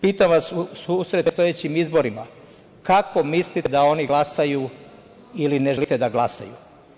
Pitam vas u susret predstojećim izborima kako mislite da oni glasaju ili ne želite da glasaju?